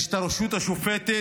יש את הרשות השופטת,